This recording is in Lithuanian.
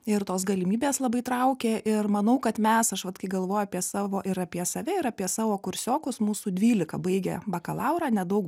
ir tos galimybės labai traukė ir manau kad mes aš vat kai galvoju apie savo ir apie save ir apie savo kursiokus mūsų dvylika baigė bakalaurą nedaug